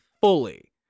Fully